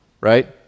Right